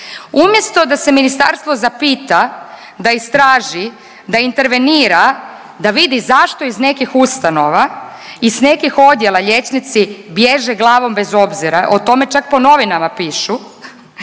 Umjesto da se ministarstvo zapita da istraži, da intervenira, da vidi zašto iz nekih ustanova i s nekih odjela liječnici bježe glavom bez obzira, o tome čak po novinama pišu,